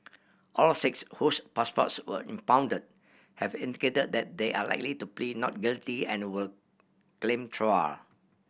all six whose passports were impounded have indicated that they are likely to plead not guilty and will claim trial